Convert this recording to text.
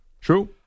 True